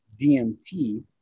dmt